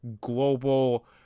global